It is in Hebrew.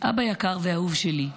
"אבא יקר ואהוב שלי.